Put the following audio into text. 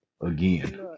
Again